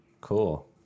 Cool